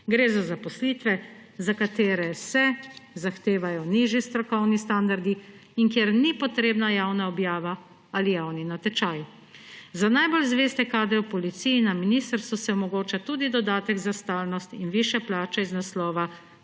za zaposlitve, za katere se zahtevajo nižji strokovni standardi in kjer ni potrebna javna objava ali javni natečaj. Za najbolj zveste kadre v policiji in na ministrstvu se omogoča tudi dodatek za stalnost in višje plače iz naslova